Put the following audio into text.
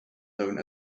known